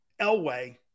Elway